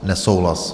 Nesouhlas.